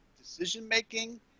decision-making